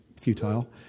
futile